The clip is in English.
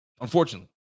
Unfortunately